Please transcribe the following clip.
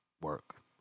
work